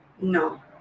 No